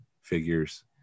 figures